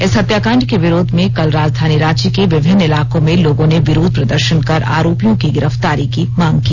इस हत्याकांड के विरोध में कल राजधानी रांची के विभिन्न इलाकों में लोगों ने विरोध प्रदर्शन कर आरोपियों की गिरफ्तारी की मांग की